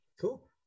cool